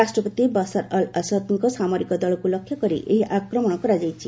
ରାଷ୍ଟ୍ରପତି Bashar al ଅସଦ୍ଙ୍କ ସାମରିକ ଦଳକୁ ଲକ୍ଷ୍ୟକରି ଏହି ଆକ୍ରମଣ କରାଯାଇଛି